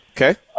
Okay